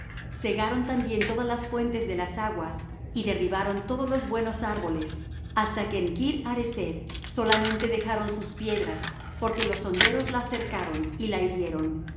cegaron también todas las fuentes de las aguas y derribaron todos los buenos árboles hasta que en kir hareseth solamente dejaron sus piedras porque los honderos la cercaron y la hirieron